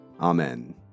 Amen